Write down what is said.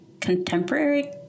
contemporary